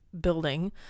building